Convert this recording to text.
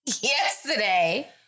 yesterday